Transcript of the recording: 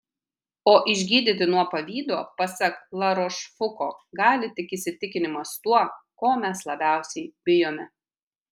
o išgydyti nuo pavydo pasak larošfuko gali tik įsitikinimas tuo ko mes labiausiai bijojome